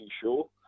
sure